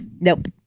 nope